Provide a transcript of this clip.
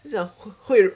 是讲会